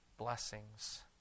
blessings